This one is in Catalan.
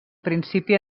principi